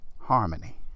harmony